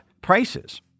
prices